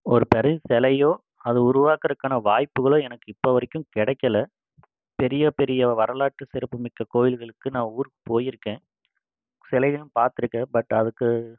ஒருத்தர் சிலையோ அது உருவாக்கறதுக்கான வாய்ப்புகளோ எனக்கு இப்போது வரைக்கும் கிடைக்கல பெரிய பெரிய வரலாற்று சிறப்பு மிக்க கோயில்களுக்கு நான் ஊருக்கு போயிருக்கேன் சிலையையும் பார்த்துருக்கேன் பட் அதுக்கு